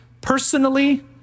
Personally